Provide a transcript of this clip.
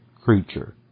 creature